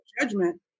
judgment